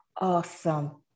awesome